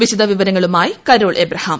വിശദവിവരങ്ങളുമായി Carol Abraham